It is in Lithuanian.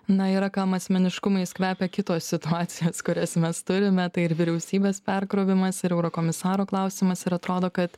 na yra kam asmeniškumais kvepia kitos situacijos kurias mes turime tai ir vyriausybės perkrovimas ir eurokomisarų klausimas ir atrodo kad